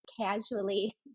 casually